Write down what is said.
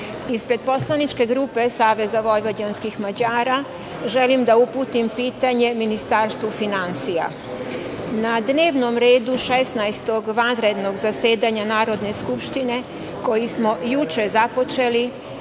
ispred poslaničke grupe Saveza vojvođanskih Mađara želim da uputim pitanje Ministarstvu finansija. Na dnevnom redu Šesnaestog vanrednog zasedanja Narodne skupštine, koji smo juče započeli,